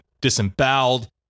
disemboweled